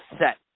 set